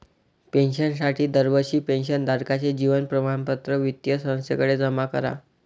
पेन्शनसाठी दरवर्षी पेन्शन धारकाचे जीवन प्रमाणपत्र वित्तीय संस्थेकडे जमा करा